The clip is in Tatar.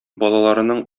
балаларының